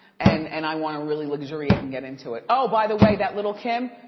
and and i want to really luxuriate and get into it. oh by the way, that little kim,